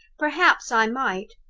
perhaps i might.